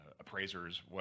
appraisers